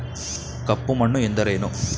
ಕಪ್ಪು ಮಣ್ಣು ಎಂದರೇನು?